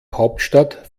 hauptstadt